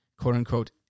quote-unquote